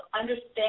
understand